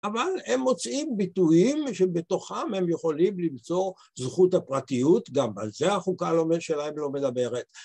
אבל הם מוצאים ביטויים שבתוכם הם יכולים למצוא זכות הפרטיות, גם על זה החוקה הלאומית שלהם לא מדברת